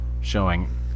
showing